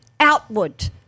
outward